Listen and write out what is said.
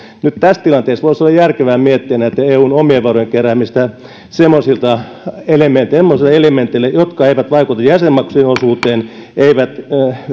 nyt tässä tilanteessa voisi olla järkevää miettiä eun omien varojen keräämistä semmoisilla elementeillä jotka eivät vaikuta jäsenmaksujen osuuteen eivät